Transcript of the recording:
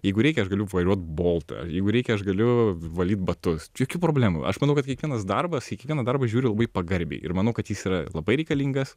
jeigu reikia aš galiu vairuot boltą jeigu reikia aš galiu valyt batus jokių problemų aš manau kad kiekvienas darbas kiekvieną darbą žiūriu labai pagarbiai ir manau kad jis yra labai reikalingas